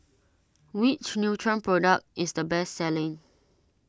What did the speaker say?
which Nutren product is the best selling